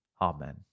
Amen